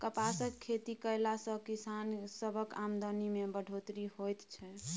कपासक खेती कएला से किसान सबक आमदनी में बढ़ोत्तरी होएत छै